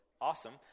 awesome